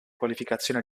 qualificazione